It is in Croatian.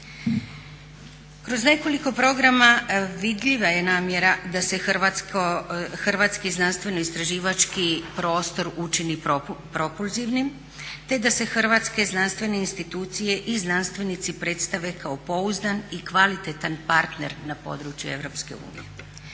Kroz nekoliko programa vidljiva je namjera da se hrvatski znanstveno istraživački prostor učini propulzivnim te da se hrvatske znanstvene institucije i znanstvenici predstave kao pouzdan i kvalitetan partner na području